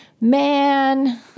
Man